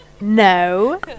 No